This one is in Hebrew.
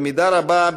במידה רבה,